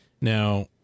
now